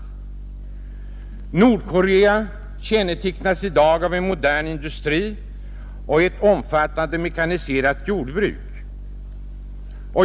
Nordkorea kännetecknas i dag av modern industri och ett omfattande mekaniserat jordbruk.